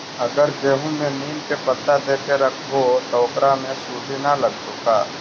अगर गेहूं में नीम के पता देके यखबै त ओकरा में सुढि न लगतै का?